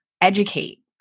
educate